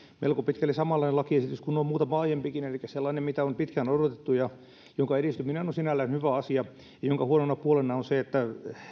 melko pitkälti samanlainen lakiesitys kuin on muutama aiempikin elikkä sellainen jota on pitkään odotettu jonka edistyminen on on sinällään hyvä asia ja jonka huonona puolena on se että